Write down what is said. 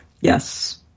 Yes